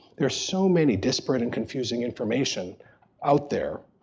there's so many disparate and confusing information out there,